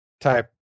type